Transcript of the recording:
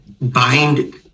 bind